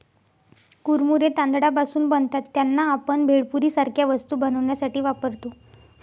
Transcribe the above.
कुरमुरे तांदळापासून बनतात त्यांना, आपण भेळपुरी सारख्या वस्तू बनवण्यासाठी वापरतो